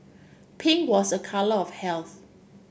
pink was a colour of health